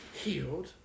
healed